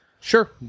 Sure